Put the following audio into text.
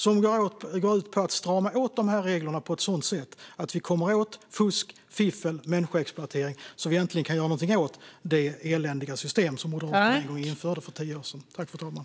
Den går ut på att strama åt reglerna på ett sådant sätt att vi kommer åt fusk, fiffel och människoexploatering så att vi äntligen kan göra någonting åt det eländiga system som Moderaterna införde för tio år sedan.